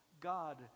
God